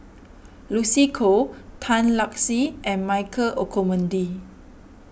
Lucy Koh Tan Lark Sye and Michael Olcomendy